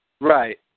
Right